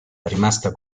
rimasta